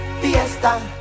Fiesta